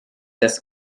das